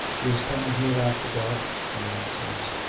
he is coming here after dark, the maid says.